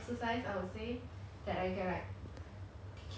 mm like it forces you to exercise something like that